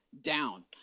down